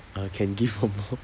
uh can give one more